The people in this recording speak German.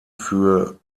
für